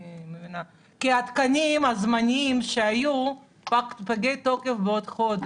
התקנים הזמניים שהיו הם פגי תוקף בעוד חודש.